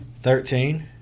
Thirteen